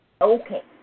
Okay